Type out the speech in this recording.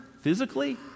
physically